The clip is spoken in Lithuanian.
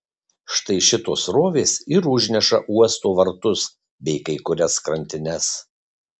štai šitos srovės ir užneša uosto vartus bei kai kurias krantines